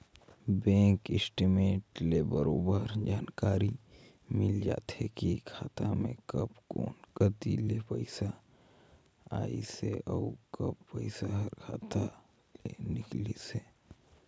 bank statement ले बरोबर जानकारी मिल जाथे की खाता मे कब कोन कति ले पइसा आइसे अउ कब पइसा हर खाता ले निकलिसे